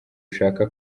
ushaka